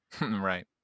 right